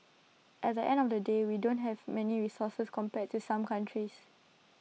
at the end of the day we don't have many resources compared to some countries